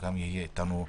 שגם יהיה אתנו בזום.